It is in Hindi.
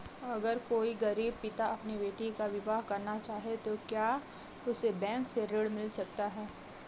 अगर कोई गरीब पिता अपनी बेटी का विवाह करना चाहे तो क्या उसे बैंक से ऋण मिल सकता है?